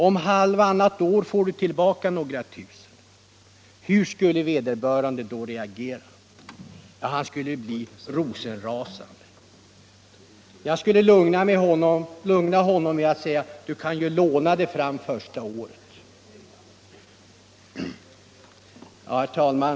Om halvtannat år får du tillbaka några tusen.” Hur skulle vederbörande då reagera? Jo, han skulle bli rosenrasande. Jag skulle få försöka lugna honom med att säga: ”Du kan ju låna dig fram första året.” Herr talman!